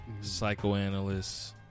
Psychoanalysts